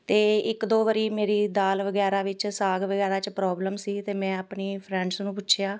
ਅਤੇ ਇੱਕ ਦੋ ਵਾਰੀ ਮੇਰੀ ਦਾਲ ਵਗੈਰਾ ਵਿੱਚ ਸਾਗ ਵਗੈਰਾ 'ਚ ਪ੍ਰੋਬਲਮ ਸੀ ਅਤੇ ਮੈਂ ਆਪਣੀ ਫਰੈਂਡਸ ਨੂੰ ਪੁੱਛਿਆ